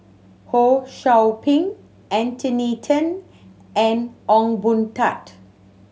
Ho Sou Ping Anthony Then and Ong Boon Tat